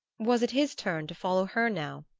was it his turn to follow her now,